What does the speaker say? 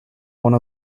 one